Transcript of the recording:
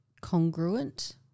congruent